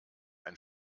ein